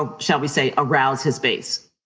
ah shall we say, arouse his base.